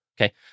okay